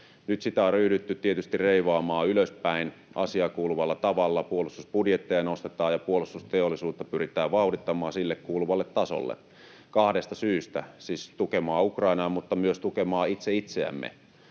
Nyt sitä on ryhdytty tietysti reivaamaan ylöspäin asiaan kuuluvalla tavalla, puolustusbudjetteja nostetaan ja puolustusteollisuutta pyritään vauhdittamaan sille kuuluvalle tasolle kahdesta syystä: tukemaan Ukrainaa mutta myös tukemaan itse itseämme.